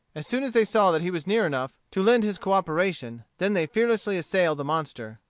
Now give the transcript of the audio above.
as soon as they saw that he was near enough to lend his cooperation, then they fearlessly assailed the monster.